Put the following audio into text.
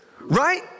Right